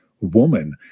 woman